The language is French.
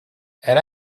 elle